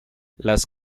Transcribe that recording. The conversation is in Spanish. las